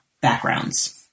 backgrounds